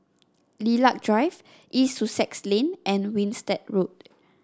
Lilac Drive East Sussex Lane and Winstedt Road